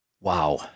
Wow